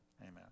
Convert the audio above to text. amen